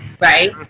right